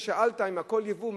שאלת: אם הכול יבוא,